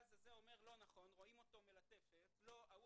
ואז זה אומר שלא נכון ורואים אותו מלטף וההוא